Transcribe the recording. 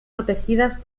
protegidas